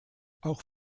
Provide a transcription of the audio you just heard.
auch